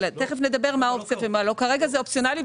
כרגע זה אופציונלי,